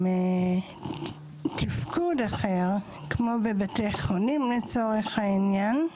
עם תפקוד אחר כמו בבתי חולים לצורך העניין.